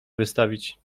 wystawić